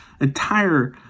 entire